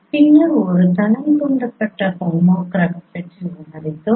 பின்னர் ஒரு தளம் தூண்டப்பட்ட ஹோமோகிராபி பற்றி விவாதித்தோம்